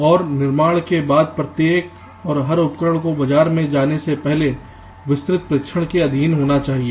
और निर्माण के बाद प्रत्येक और हर उपकरण को बाजार में जाने से पहले विस्तृत परीक्षण के अधीन होना चाहिए